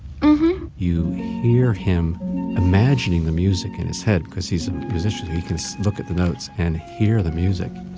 you hear him imagining the music in his head because he's a musician. he can look at the notes and hear the music